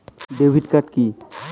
Debit card key?